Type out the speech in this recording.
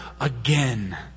again